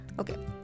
okay